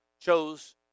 chose